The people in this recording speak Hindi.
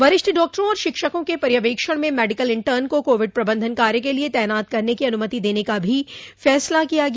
वरिष्ठ डॉक्टरों और शिक्षकों के पर्यवेक्षण में मेडिकल इंटर्न को कोविड प्रबंधन कार्य के लिए तैनात करने की अनूमति देने का भी फैसला किया गया